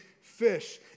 fish